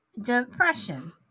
depression